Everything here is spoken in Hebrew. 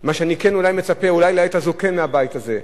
מה שאני כן מצפה לעת הזאת מהבית הזה: